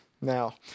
now